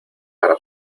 para